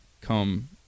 come